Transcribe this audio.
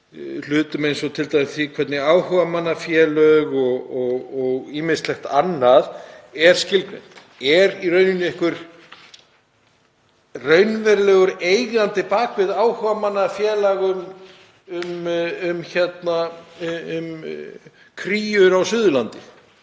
hlutum eins og t.d. því hvernig áhugamannafélög og ýmislegt annað er skilgreint. Er í rauninni einhver raunverulegur eigandi bak við áhugamannafélag um kríur á Suðurlandi,